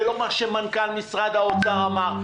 זה לא מה שמנכ"ל משרד האוצר אמר.